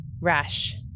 Rash